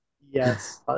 Yes